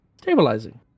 stabilizing